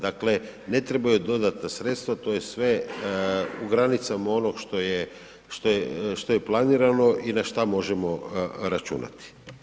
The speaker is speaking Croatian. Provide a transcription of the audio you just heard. Dakle ne trebaju dodatna sredstva, to je sve u granicama onoga što je planirano i na šta možemo računati.